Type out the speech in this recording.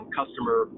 customer